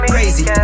Crazy